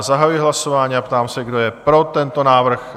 Zahajuji hlasování a ptám se, kdo je pro tento návrh?